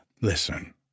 Listen